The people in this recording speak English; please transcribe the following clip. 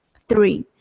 three.